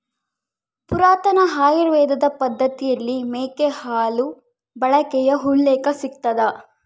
ಪುರಾತನ ಆಯುರ್ವೇದ ಪದ್ದತಿಯಲ್ಲಿ ಮೇಕೆ ಹಾಲು ಬಳಕೆಯ ಉಲ್ಲೇಖ ಸಿಗ್ತದ